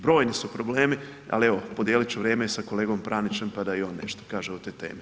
Brojni su problemi, ali evo, podijelit ću vrijeme i sa kolegom Pranićem pa da i on nešto kaže o toj temi.